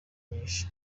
nyinshi